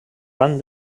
van